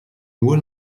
nur